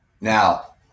now